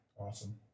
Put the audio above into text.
Awesome